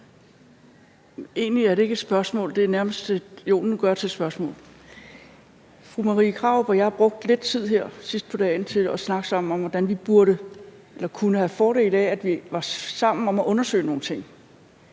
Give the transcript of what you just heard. Egentlig er det ikke et spørgsmål, jeg har, men nu prøver jeg at gøre det til et spørgsmål. Fru Marie Krarup og jeg brugte lidt tid her sidst på dagen til at snakke sammen om, hvordan vi kunne have fordel af, at vi var sammen om at undersøge nogle ting,